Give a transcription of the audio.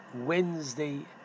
Wednesday